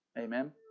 Amen